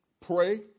pray